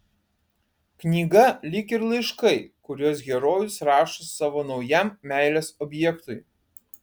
knyga lyg ir laiškai kuriuos herojus rašo savo naujam meilės objektui